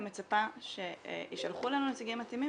אני מצפה שיישלחו לנו נציגים מתאימים